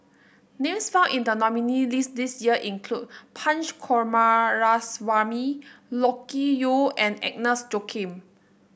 names found in the nominee list this year include Punch Coomaraswamy Loke Yew and Agnes Joaquim